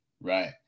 Right